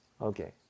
okay